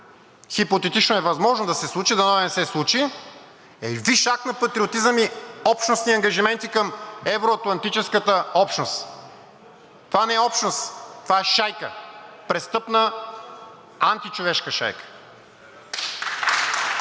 хипотетично е възможно да се случи, дано да не се случи, е висш акт на патриотизъм и общностни ангажименти към евро-атлантическата общност?! Това не е общност, това е шайка – престъпна, античовешка шайка!